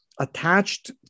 attached